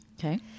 Okay